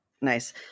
Nice